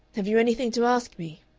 have you anything to ask me?